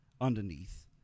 underneath